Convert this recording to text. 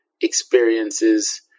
experiences